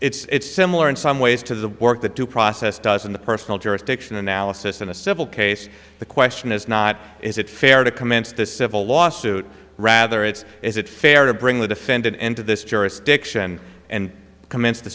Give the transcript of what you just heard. it's similar in some ways to the work that due process does in the personal jurisdiction analysis in a civil case the question is not is it fair to commence the civil lawsuit rather it's is it fair to bring the defendant into this jurisdiction and commence the